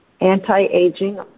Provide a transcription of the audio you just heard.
anti-aging